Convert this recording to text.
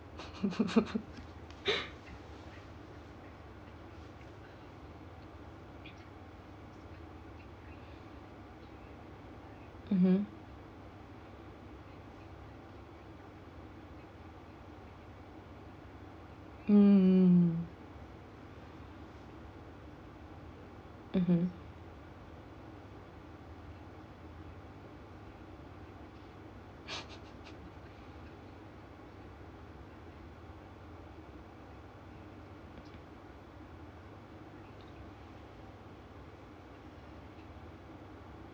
mmhmm mm mm mmhmm